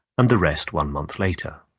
and the rest one month later.